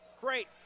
Great